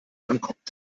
ankommt